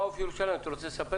כמו שרן אמר, נשמח לשתף